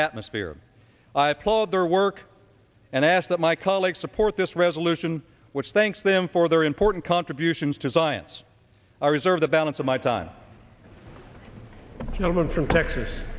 atmosphere i applaud their work and ask that my colleagues support this resolution which thanks them for their important contributions to science i reserve the balance of my time gentleman from texas